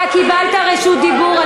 אתה קיבלת רשות דיבור?